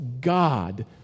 God